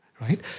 Right